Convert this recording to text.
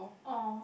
oh